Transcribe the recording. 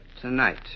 Tonight